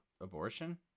abortion